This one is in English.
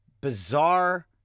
bizarre